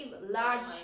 large